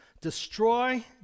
destroy